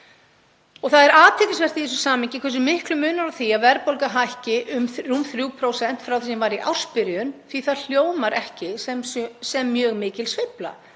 Það er athyglisvert í þessu samhengi hversu miklu munar á því að verðbólgan hækki um rúm 3% frá því sem var í ársbyrjun því að það hljómar ekki sem mjög mikil sveifla.